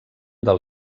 del